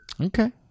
Okay